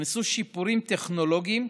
הוכנסו שיפורים טכנולוגיים,